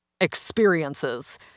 experiences